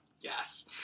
Yes